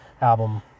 album